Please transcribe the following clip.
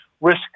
risk